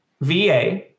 VA